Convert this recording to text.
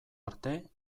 arte